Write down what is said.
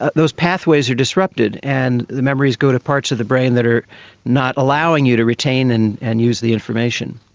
ah those pathways are disrupted, and the memories go to parts of the brain that are not allowing you to retain and and use the information.